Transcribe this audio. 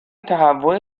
تهوع